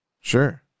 Sure